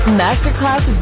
masterclass